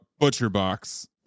ButcherBox